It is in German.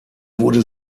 wurde